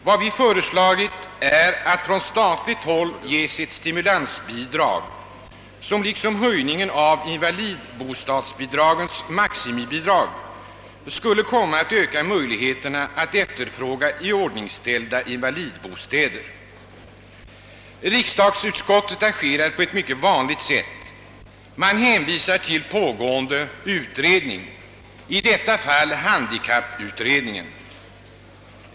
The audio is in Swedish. Vad vi föreslagit är att från statligt håll ges ett stimulansbidrag, som liksom höjningen av = invalidbostadsbidragens maximibelopp skulle komma att öka möjligheterna att efterfråga iordningställda invalidbostäder. Riksdagsutskottet agerar på ett mycket vanligt sätt genom att hänvisa till pågående utredning, i detta fall handikapputredningen.